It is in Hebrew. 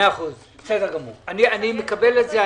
אני מקבל את זה.